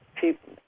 people